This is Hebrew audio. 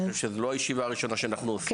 אני חושב שזו לא הישיבה הראשונה שאנחנו עושים,